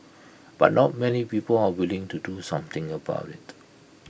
but not many people are willing to do something about IT